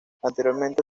anteriormente